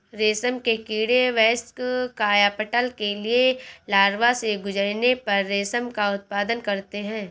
रेशम के कीड़े वयस्क कायापलट के लिए लार्वा से गुजरने पर रेशम का उत्पादन करते हैं